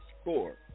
score